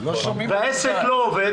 אם העסק לא עובד,